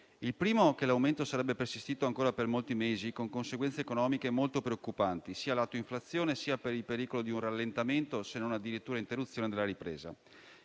il primo è che l'aumento sarebbe persistito ancora per molti mesi, con conseguenze economiche molto preoccupanti, sia dal lato dell'inflazione, sia per il pericolo di un rallentamento, se non addirittura di un'interruzione, della ripresa;